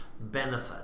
benefit